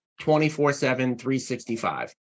24-7-365